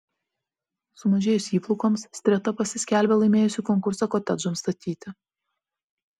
sumažėjus įplaukoms streta pasiskelbė laimėjusi konkursą kotedžams statyti